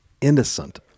innocent